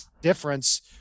difference